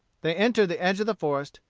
they entered the edge of the forest,